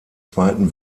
zweiten